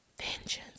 vengeance